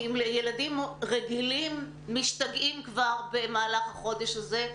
כי אם ילדים רגילים כבר משתגעים במהלך החודש הזה,